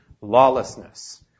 lawlessness